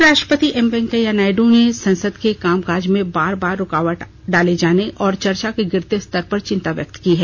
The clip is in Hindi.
उपराष्ट्रपति एम वेंकैया नायडू ने संसद के कामकाज में बार बार रूकावट डाले जाने और चर्चा के गिरते स्तर पर चिंता व्यक्त की है